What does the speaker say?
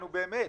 נו, באמת.